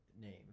name